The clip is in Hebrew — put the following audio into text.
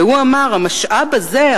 והוא אמר: המשאב הזה,